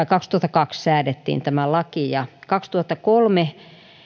kaksituhattakaksi säädettiin tämä laki ja kaksituhattakolme